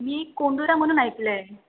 मी कोंडुरा म्हणून ऐकलं आहे